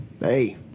Hey